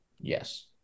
Yes